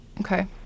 Okay